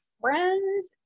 friends